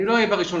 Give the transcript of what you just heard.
אני לא אהיה ב-1.9.